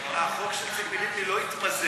היושב-ראש, החוק של ציפי לבני לא התמזג.